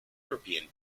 european